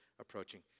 approaching